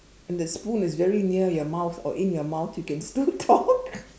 and the spoon is very near your mouth or in your mouth you can still talk